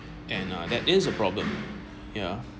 and uh that is a problem yeah